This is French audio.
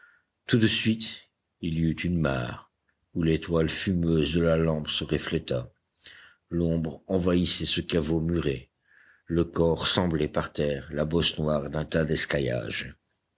tout de suite il y eut une mare où l'étoile fumeuse de la lampe se refléta l'ombre envahissait ce caveau muré le corps semblait par terre la bosse noire d'un tas d'escaillage